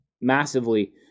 massively